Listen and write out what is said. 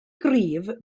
gryf